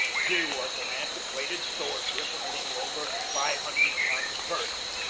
she was an antiquated store ship of a little over five hundred tons burden.